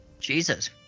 Jesus